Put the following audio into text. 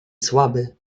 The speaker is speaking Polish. słaby